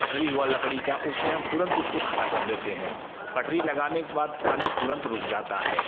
पटरी हुआ लकड़ी का उस में हम तुरंत उसको खड़ा कर देते हैं पटरी लगाने के बाद पानी तुरंत रुक जाता है